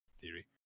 Theory